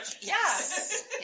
Yes